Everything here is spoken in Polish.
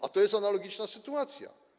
A to jest analogiczna sytuacja.